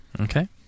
okay